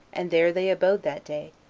and there they abode that day,